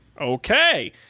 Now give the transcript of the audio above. Okay